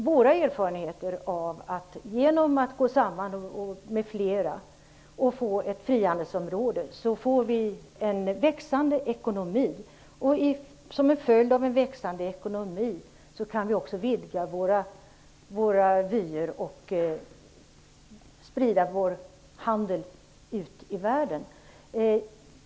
Vår erfarenhet är att vi genom att gå samman med flera och få ett frihandelsområde får en växande ekonomi, och som en följd av en växande ekonomi kan vi också vidga våra vyer och sprida vår handel ut i världen.